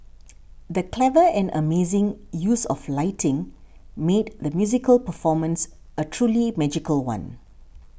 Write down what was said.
the clever and amazing use of lighting made the musical performance a truly magical one